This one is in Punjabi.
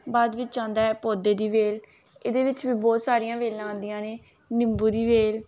ਬਾਅਦ ਵਿੱਚ ਆਉਂਦਾ ਹੈ ਪੌਦੇ ਦੀ ਵੇਲ ਇਹਦੇ ਵਿੱਚ ਵੀ ਬਹੁਤ ਸਾਰੀਆਂ ਵੇਲਾਂ ਆਉਂਦੀਆਂ ਨੇ ਨਿੰਬੂ ਦੀ ਵੇਲ